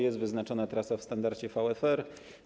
Jest wyznaczona trasa w standardzie VFR.